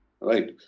right